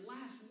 last